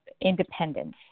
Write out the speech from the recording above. independence